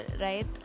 right